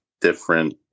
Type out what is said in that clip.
different